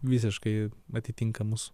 visiškai atitinka mus